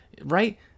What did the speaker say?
right